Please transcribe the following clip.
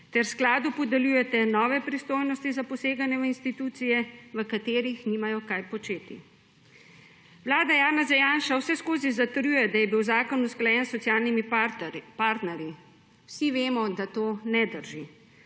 ter skladu podeljujete nove pristojnosti za poseganje v institucije, v katerih nimajo kaj početi. Vlada Janeza Janše vseskozi zatrjuje, da je bil zakon usklajen s socialnimi partnerji. **6. TRAK: (DAG)